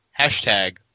hashtag